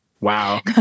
Wow